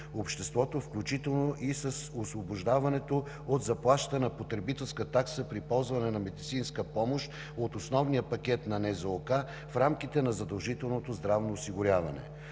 обществото, включително и с освобождаването от заплащане на потребителска такса при ползване на медицинска помощ от основния пакет на НЗОК в рамките на задължителното здравно осигуряване.